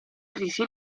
crisi